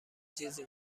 چیزی